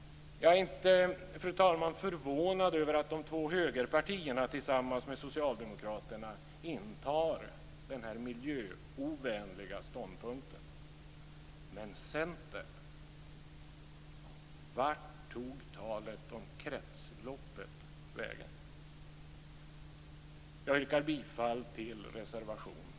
Fru talman! Jag är inte förvånad över att de två högerpartierna tillsammans med Socialdemokraterna intar den här miljöovänliga ståndpunkten. Men Centern! Vart tog talet om kretsloppet vägen? Jag yrkar bifall till reservation 4.